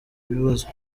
ibibazo